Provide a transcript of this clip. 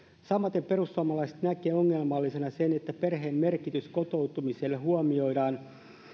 samaten perussuomalaiset näkevät ongelmallisena sen että perheen merkitys kotoutumiselle huomioidaan